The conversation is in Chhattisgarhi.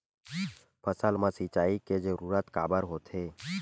फसल मा सिंचाई के जरूरत काबर होथे?